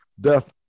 death